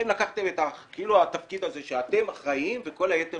אתם לקחתם על עצמכם את התפקיד הזה שאתם כאילו אחראים וכל היתר